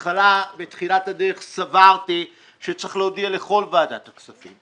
בתחילת הדרך סברתי שצריך להודיע לכל ועדת הכספים.